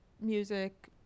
music